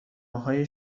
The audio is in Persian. های